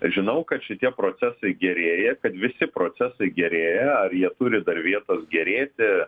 žinau kad šitie procesai gerėja kad visi procesai gerėja ar jie turi dar vietos gerėti